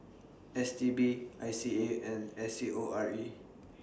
S T B I C A and S C O R E